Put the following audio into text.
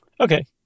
Okay